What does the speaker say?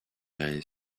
est